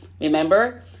Remember